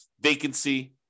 vacancy